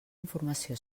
informació